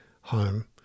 home